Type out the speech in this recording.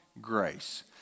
grace